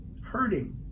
Hurting